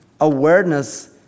awareness